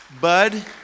Bud